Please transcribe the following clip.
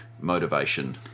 motivation